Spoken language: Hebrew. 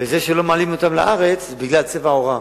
וזה שלא מעלים אותם לארץ זה בגלל צבע עורם.